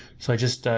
so i just